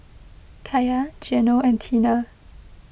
Kaia Geno and Teena